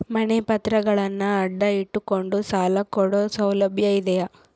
ಮನೆ ಪತ್ರಗಳನ್ನು ಅಡ ಇಟ್ಟು ಕೊಂಡು ಸಾಲ ಕೊಡೋ ಸೌಲಭ್ಯ ಇದಿಯಾ?